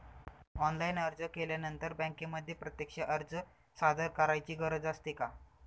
Online अर्ज केल्यानंतर बँकेमध्ये प्रत्यक्ष अर्ज सादर करायची गरज असते का?